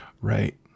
Right